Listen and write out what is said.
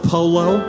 Polo